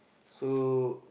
so